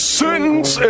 sentence